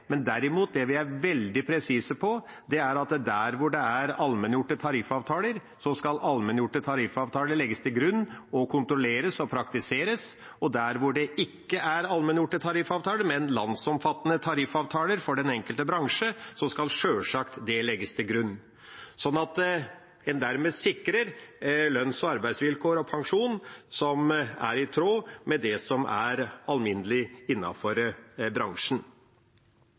Derimot er vi veldig presise på at der det er allmenngjorte tariffavtaler, skal allmenngjorte tariffavtaler legges til grunn, kontrolleres og praktiseres. Der det ikke er allmenngjorte tariffavtaler, men landsomfattende tariffavtaler for den enkelte bransje, skal sjølsagt det legges til grunn, slik at en dermed sikrer lønns- og arbeidsvilkår og pensjon som er i tråd med det som er alminnelig innenfor bransjen.